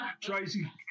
Tracy